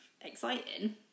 exciting